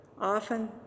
Often